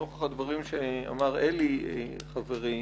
נוכח הדברים שאמר אלי אלאלוף חברי,